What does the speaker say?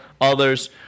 others